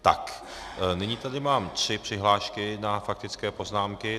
Tak, nyní tady mám tři přihlášky na faktické poznámky.